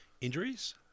injuries